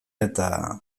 eta